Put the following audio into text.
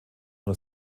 nur